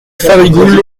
farigoules